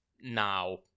now